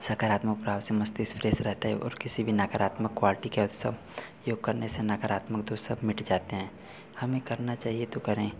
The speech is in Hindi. सकारात्मक प्रभाव से मस्तिष्क फ्रेस रहता है और किसी भी नकारात्मक क्वालटी के अपशब्द योग करने से नकारात्मक दोष सब मिट जाते हैं हमें करना चाहिए तो करें